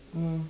mm